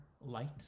light